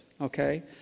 Okay